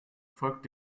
folgt